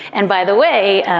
and by the way,